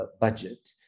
budget